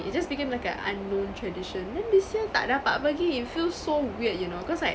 it just became like an unknown tradition then this year tak dapat pergi it feels so weird you know cause like